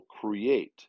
create